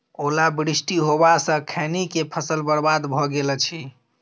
ओला वृष्टी होबा स खैनी के फसल बर्बाद भ गेल अछि?